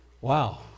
Wow